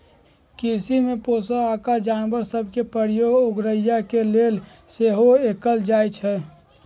कृषि में पोशौआका जानवर सभ के प्रयोग अगोरिया के लेल सेहो कएल जाइ छइ